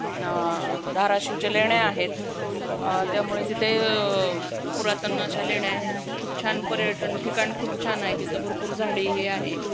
न धाराशिवच्या लेण्या आहेत त्यामुळे तिथे पुरातन अशा लेण्या आहेत खूप छान पर्यटन ठिकाण खूप छान आहे तिथं भरपूर झाडे हे आहे